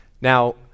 Now